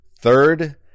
third